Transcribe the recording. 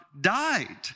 died